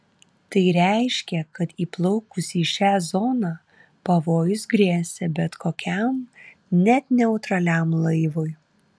tai reiškė kad įplaukus į šią zoną pavojus grėsė bet kokiam net neutraliam laivui